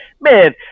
Man